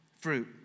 fruit